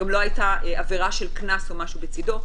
גם לא הייתה עבירה של קנס ומשהו בצדו.